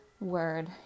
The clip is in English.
word